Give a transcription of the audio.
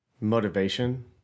motivation